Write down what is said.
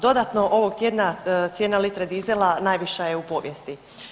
Dodatno ovog tjedna cijena litre dizela najviša je u povijesti.